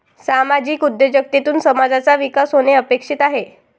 सामाजिक उद्योजकतेतून समाजाचा विकास होणे अपेक्षित आहे